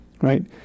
right